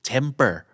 Temper